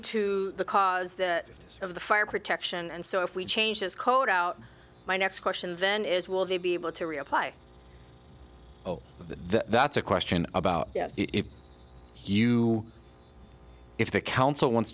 to the cause of the fire protection and so if we change this code out my next question then is will they be able to reapply oh that's a question about if you if the council wants